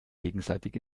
gegenseitig